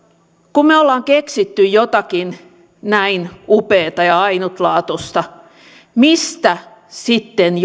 kun me olemme keksineet jotakin näin upeaa ja ainutlaatuista mistä ihmeestä sitten